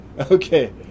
Okay